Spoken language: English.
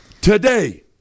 Today